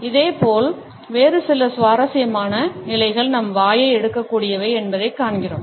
இதேபோல் வேறு சில சுவாரஸ்யமான நிலைகள் நம் வாயை எடுக்கக்கூடியவை என்பதைக் காண்கிறோம்